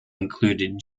included